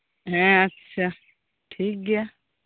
ᱦᱮᱸ ᱟᱪ ᱪᱷᱟ ᱴᱷᱤᱠ ᱜᱮᱭᱟ